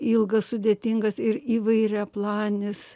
ilgas sudėtingas ir įvairiaplaninis